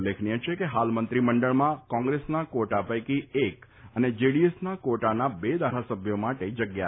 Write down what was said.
ઉલ્લેખનીય છે કે હાલ મંત્રીમંડળમાં કોંગ્રેસના કવોટા પૈકી એક અને જેડીએસના કવોટાના બે ધારાસભ્યો માટે મંત્રીમંડળમાં જગ્યા છે